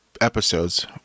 episodes